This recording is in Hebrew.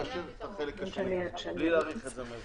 לאשר את החלק השני בלי להאריך את זה מראש.